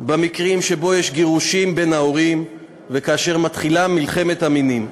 במקרים שבהם יש גירושים בין ההורים וכאשר מתחילה מלחמת המינים.